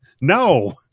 No